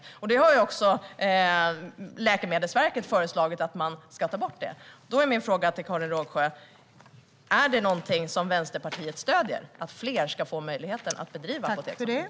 Läkemedelsverket har också föreslagit att man ska ta bort detta. Min fråga till Karin Rågsjö är: Stöder Vänsterpartiet att fler ska få möjlighet att bedriva ombudsverksamhet?